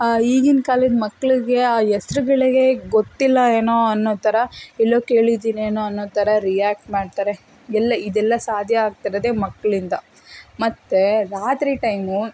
ಈಗಿನ ಕಾಲದ ಮಕ್ಕಳಿಗೆ ಆ ಹೆಸ್ರುಗಳಿಗೆ ಗೊತ್ತಿಲ್ಲ ಏನೋ ಅನ್ನೋ ಥರ ಎಲ್ಲೋ ಕೇಳಿದ್ದಿನೇನೋ ಅನ್ನೋ ಥರ ರಿಯಾಕ್ಟ್ ಮಾಡ್ತಾರೆ ಎಲ್ಲ ಇದೆಲ್ಲ ಸಾಧ್ಯ ಆಗ್ತಿರೋದೆ ಮಕ್ಕಳಿಂದ ಮತ್ತೆ ರಾತ್ರಿ ಟೈಮು